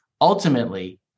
ultimately